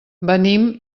venim